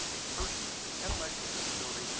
a person with an intellectual disability,